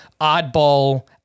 oddball